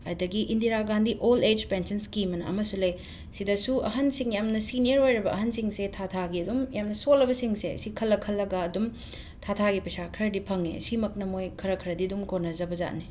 ꯑꯗꯒꯤ Indira Gandhi old age pension scheme ꯑꯅ ꯑꯃꯁꯨ ꯂꯩ ꯁꯤꯗꯁꯨ ꯑꯍꯟꯁꯤꯡ ꯌꯥꯝꯅ ꯁꯤꯅꯤꯌꯔ ꯑꯣꯏꯔꯕ ꯑꯍꯟꯁꯤꯡꯁꯦ ꯊꯥ ꯊꯥꯒꯤ ꯑꯗꯨꯝ ꯌꯥꯝꯅ ꯁꯣꯜꯂꯕꯁꯤꯡꯁꯦ ꯁꯤ ꯈꯜꯂ ꯈꯜꯂꯒ ꯑꯗꯨꯝ ꯊꯥ ꯊꯥꯒꯤ ꯄꯩꯁꯥ ꯈꯔꯗꯤ ꯐꯪꯉꯦ ꯑꯁꯤꯃꯛꯅ ꯃꯣꯏ ꯈꯔ ꯈꯔꯗꯤ ꯑꯗꯨꯝ ꯀꯣꯟꯅꯖꯕꯖꯥꯠꯅꯦ